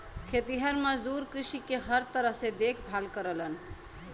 खेतिहर मजदूर कृषि क हर तरह से देखभाल करलन